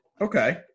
Okay